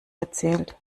erzählt